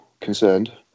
concerned